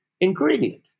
ingredient